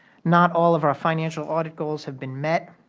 not all of our financial audit goals have been met.